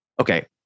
okay